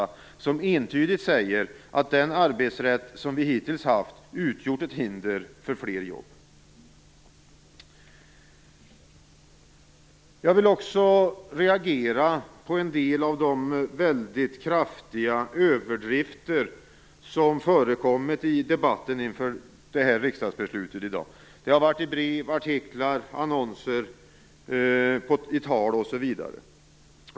Man säger entydigt att den arbetsrätt vi hittills har haft, har utgjort ett hinder för fler jobb. Jag vill också reagera på en del av de väldigt kraftiga överdrifter som har förekommit i debatten inför dagens riksdagsbeslut. Det har varit brev, artiklar, annonser, tal osv.